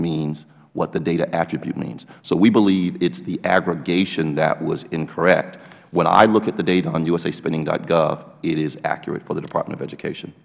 means what the data attribute means so we believe it is the aggregation that was incorrect when i look at the data on usaspending gov it is accurate for the department of education